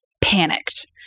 panicked